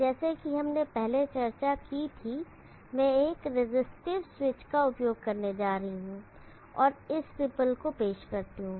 जैसे हमने पहले चर्चा की थी मैं एक रेजिस्टिव स्विचर का उपयोग करने जा रहा हूं और इस रिपल को पेश करता हूं